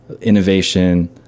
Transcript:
innovation